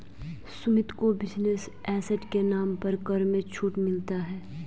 सुमित को business asset के नाम पर कर में छूट मिलता है